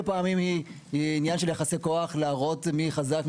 פעמים היא עניין של יחסי כוח להראות מי חזק,